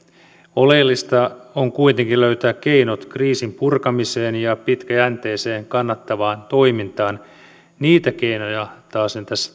oleellista on kuitenkin löytää keinot kriisin purkamiseen ja pitkäjänteiseen kannattavaan toimintaan niitä keinoja taasen tässä